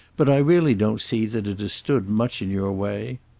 but i really don't see that it has stood much in your way.